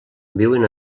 viuen